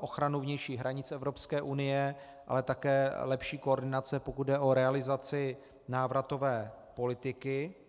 ochranu vnějších hranic Evropské unie, ale také lepší koordinace, pokud jde o realizaci návratové politiky.